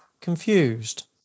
confused